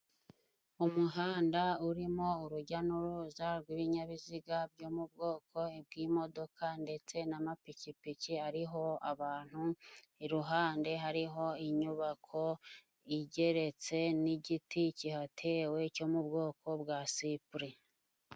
Umuhanda urimo urujya n'uruza rw'ibinyabiziga byo mu bwoko bw'imodoka, ndetse n'amapikipiki ariho abantu, iruhande hariho inyubako igeretse, n'igiti kihatewe cyo mu bwoko bwa sipure.